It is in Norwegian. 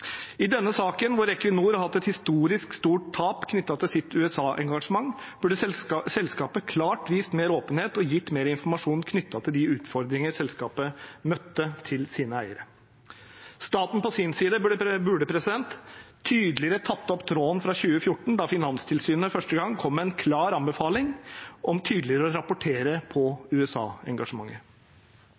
I denne saken, hvor Equinor har hatt et historisk stort tap knyttet til sitt USA-engasjement, burde selskapet klart vist mer åpenhet og gitt mer informasjon knyttet til de utfordringer selskapet møtte, til sine eiere. Staten på sin side burde tydeligere tatt opp tråden fra 2014, da Finanstilsynet første gang kom med en klar anbefaling om tydeligere å rapportere på